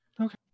Okay